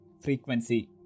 frequency